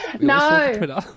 No